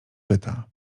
pyta